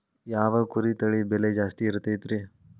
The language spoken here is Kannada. ಯಾವ ಕುರಿ ತಳಿ ಬೆಲೆ ಜಾಸ್ತಿ ಇರತೈತ್ರಿ?